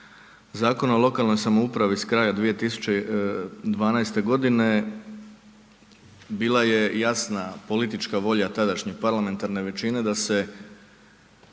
Zakona o lokalnoj samoupravi iz kraja 2012. g. bila je jasna politička volja tadašnje parlamentarne većine da se